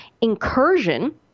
incursion